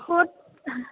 ਹੋਰ